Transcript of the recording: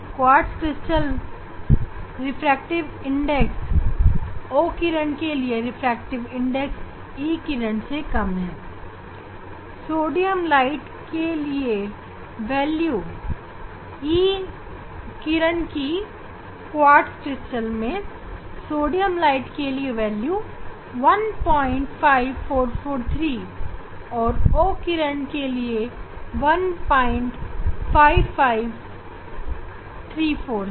quartz crystal के संदर्भ में सोडियम प्रकाश के लिए O किरण के लिए रिफ्रैक्टिव इंडेक्स E किरण से कम है और इनका मूल्य 15443 और 15534 है